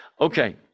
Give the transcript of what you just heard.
Okay